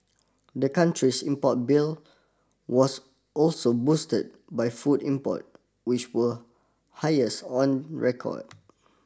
the country's import bill was also boosted by food import which were highest on record